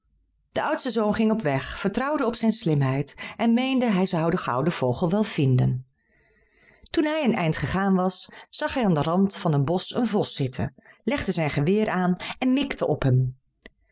de oudste zoon ging op weg vertrouwde op zijn slimheid en meende hij zou den gouden vogel wel vinden toen hij een eind gegaan was zag hij aan den rand van een bosch een vos zitten legde zijn geweer aan en mikte op hem